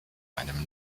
einem